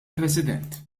president